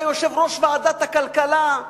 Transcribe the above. אתה יושב-ראש ועדת הכלכלה,